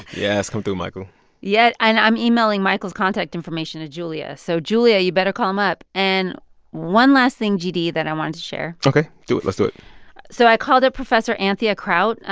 yes. come through, michael yeah. and i'm emailing michael's contact information to julia. so, julia, you better call him up. and one last thing, gd, that i wanted to share ok, do it. let's do it so i called up professor anthea kraut.